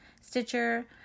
Stitcher